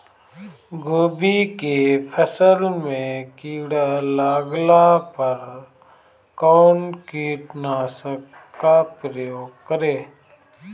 गोभी के फसल मे किड़ा लागला पर कउन कीटनाशक का प्रयोग करे?